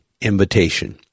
invitation